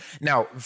now